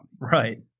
Right